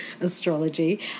astrology